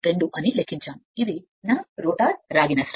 52 ను లెక్కించాము ఇది నా రోటర్ రాగి నష్టం